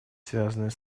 связанной